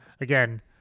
again